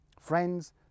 Friends